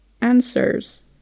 answers